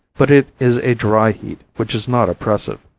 but it is a dry heat which is not oppressive,